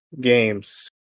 games